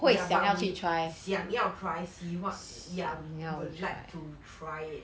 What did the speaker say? ya but 你想要 try in what ya would like to try it